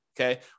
okay